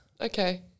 Okay